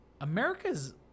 america's